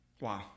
wow